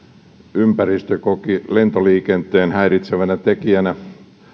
ympäristö koki lentoliikenteen häiritsevänä tekijänä